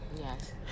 Yes